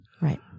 Right